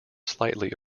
slightly